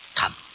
Come